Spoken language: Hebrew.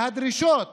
הדרישות